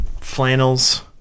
Flannels